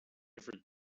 every